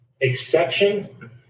exception